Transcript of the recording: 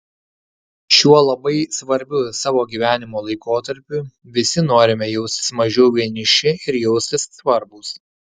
šiuo labai svarbiu savo gyvenimo laikotarpiu visi norime jaustis mažiau vieniši ir jaustis svarbūs